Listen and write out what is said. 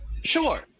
Sure